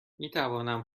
میتوانم